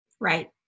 Right